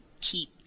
keep